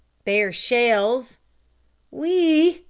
they're shells oui,